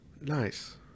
nice